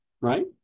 right